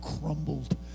crumbled